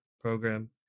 program